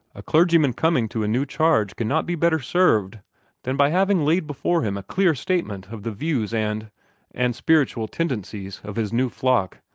a clergyman coming to a new charge cannot be better served than by having laid before him a clear statement of the views and and spiritual tendencies of his new flock,